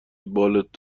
بالت